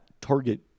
target